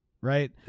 Right